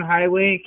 Highway